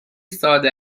ساده